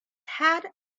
had